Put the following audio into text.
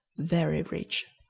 very rich.